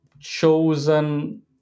chosen